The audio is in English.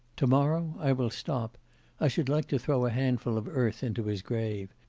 to-morrow? i will stop i should like to throw a handful of earth into his grave.